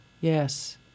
yes